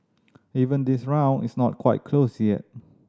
even this round is not quite closed yet